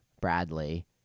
Bradley